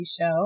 show